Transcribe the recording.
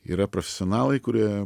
yra profesionalai kurie